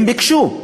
הם ביקשו,